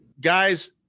Guys